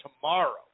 tomorrow